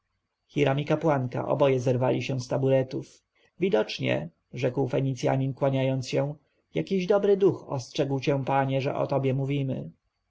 kapłanka oboje zerwali się z taburetów widocznie rzekł fenicjanin kłaniając się jakiś dobry duch ostrzegł cię panie że o tobie mówimy